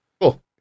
Cool